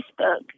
Facebook